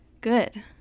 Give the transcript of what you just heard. good